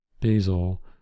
Basil